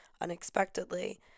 unexpectedly